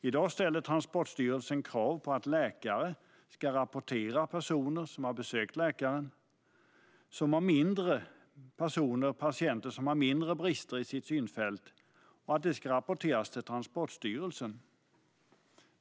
I dag ställer Transportstyrelsen krav på att läkare ska rapportera personer som har besökt läkaren och som har mindre brister i sitt synfält till Transportstyrelsen.